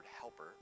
helper